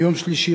ביום שלישי,